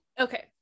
Okay